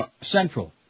Central